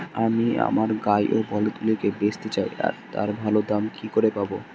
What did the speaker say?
আমি আমার গাই ও বলদগুলিকে বেঁচতে চাই, তার ভালো দাম কি করে পাবো?